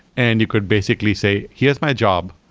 and you could basically say, here's my job,